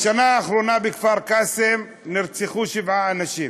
בשנה האחרונה בכפר קאסם נרצחו שבעה אנשים,